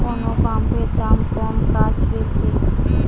কোন পাম্পের দাম কম কাজ বেশি?